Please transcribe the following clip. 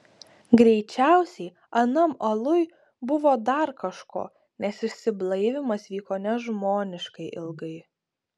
greičiausiai anam aluj buvo dar kažko nes išsiblaivymas vyko nežmoniškai ilgai